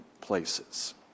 places